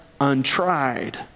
untried